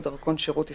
או דרכון שירות ישראלי,